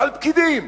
ועל פקידים.